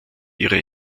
ihre